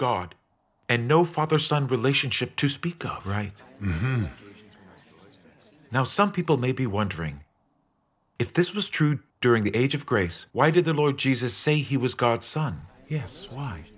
god and no father son relationship to speak of right now some people may be wondering if this was true during the age of grace why did the lord jesus say he was god's son yes why